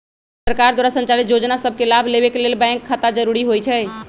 सरकार द्वारा संचालित जोजना सभके लाभ लेबेके के लेल बैंक खता जरूरी होइ छइ